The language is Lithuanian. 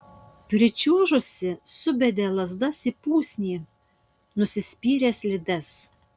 pričiuožusi subedė lazdas į pusnį nusispyrė slides